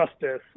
justice